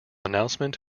announcement